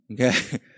okay